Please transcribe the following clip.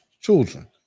children